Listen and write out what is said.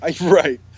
Right